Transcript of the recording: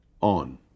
on